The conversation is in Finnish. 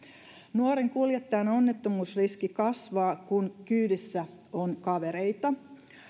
nuoren kuljettajan onnettomuusriski kasvaa kun kyydissä on kavereita